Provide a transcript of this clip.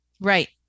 Right